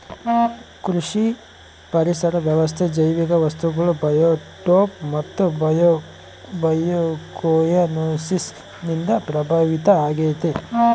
ಕೃಷಿ ಪರಿಸರ ವ್ಯವಸ್ಥೆ ಜೈವಿಕ ವಸ್ತುಗಳು ಬಯೋಟೋಪ್ ಮತ್ತು ಬಯೋಕೊಯನೋಸಿಸ್ ನಿಂದ ಪ್ರಭಾವಿತ ಆಗೈತೆ